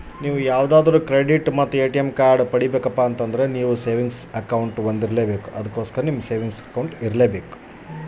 ನನ್ನ savings account ಐತಲ್ರೇ ಅದು ಕ್ರೆಡಿಟ್ ಮತ್ತ ಎ.ಟಿ.ಎಂ ಕಾರ್ಡುಗಳು ಕೆಲಸಕ್ಕೆ ಬರುತ್ತಾವಲ್ರಿ?